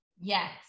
Yes